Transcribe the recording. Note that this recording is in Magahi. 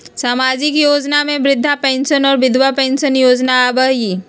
सामाजिक योजना में वृद्धा पेंसन और विधवा पेंसन योजना आबह ई?